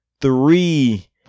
three